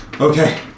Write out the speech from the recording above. okay